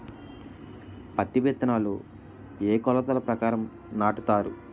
పత్తి విత్తనాలు ఏ ఏ కొలతల ప్రకారం నాటుతారు?